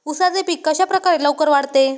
उसाचे पीक कशाप्रकारे लवकर वाढते?